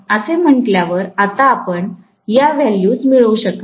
असे म्हटल्यावर आता आपण या व्हॅल्यूज मिळवू शकाल